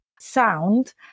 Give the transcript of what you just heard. sound